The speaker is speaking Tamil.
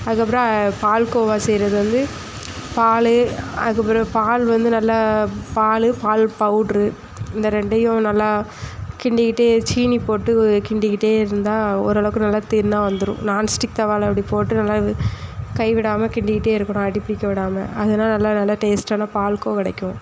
அதுக்கப்பறம் பால்கோவா செய்கிறது வந்து பால் அதுக்கப் பிறகு பால் வந்து நல்லா பால் பால் பவுட்ரு இந்த ரெண்டையும் நல்லா கிண்டிக்கிட்டு சீனி போட்டு கிண்டிக்கிட்டே இருந்தால் ஓரளவுக்கு நல்லா தின்னாக வந்துடும் நான்ஸ்டிக் தவாவில் அப்படி போட்டு நல்லா இது கை விடாமல் கிண்டிக்கிட்டே இருக்கணும் அடிப்பிடிக்க விடாமல் அதுனா நல்லா நல்லா டேஸ்ட்டான பல்கோவா கிடைக்கும்